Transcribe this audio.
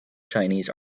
chinese